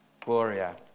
Gloria